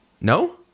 No